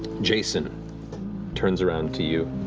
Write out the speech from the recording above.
jason turns around to you,